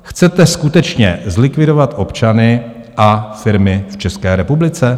Chcete skutečně zlikvidovat občany a firmy v České republice?